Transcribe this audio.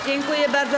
Dziękuję bardzo.